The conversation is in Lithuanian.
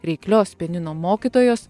reiklios pianino mokytojos